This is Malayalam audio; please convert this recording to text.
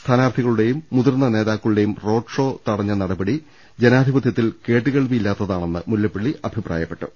സ്ഥാനാർത്ഥികളുടെയും മുതിർന്ന നേതാക്കളുടെയും റോഡ്ഷോ തടഞ്ഞ നടപടി ജനാധിപതൃത്തിൽ കേട്ടുകേൾവിയില്ലാത്താണെന്ന് മുല്ലപ്പള്ളി അഭിപ്രായപ്പെട്ടു